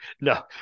no